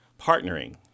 partnering